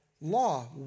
law